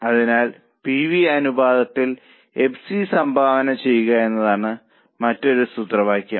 അതിനാൽ P V അനുപാതത്തിൽ FC സംഭാവന ചെയ്യുക എന്നതാണ് മറ്റൊരു സൂത്രവാക്യം